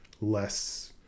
less